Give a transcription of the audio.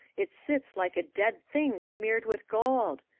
it sits like a dead thing smeared with gold.